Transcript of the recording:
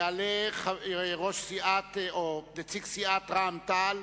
יעלה נציג סיעת רע"ם-תע"ל,